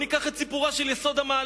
ניקח את סיפורה של יסוד-המעלה.